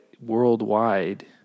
worldwide